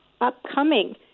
upcoming